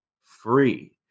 free